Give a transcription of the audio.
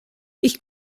ich